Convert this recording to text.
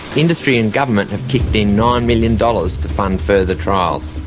industry and government have kicked in nine million dollars to fund further trials.